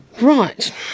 Right